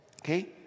Okay